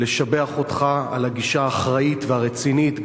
לשבח אותך על הגישה האחראית והרצינית.